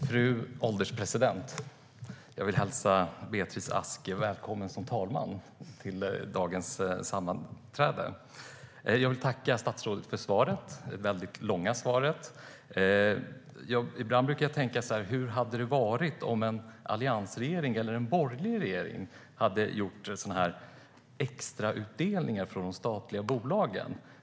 Fru ålderspresident! Jag vill hälsa dig, Beatrice Ask, välkommen som talman vid dagens sammanträde. Jag vill tacka statsrådet för det väldigt långa svaret. Ibland brukar jag fundera på hur det hade varit om en alliansregering, en borgerlig regering, hade gjort extrautdelningar från de statliga bolagen.